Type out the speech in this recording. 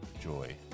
joy